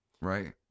right